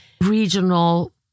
regional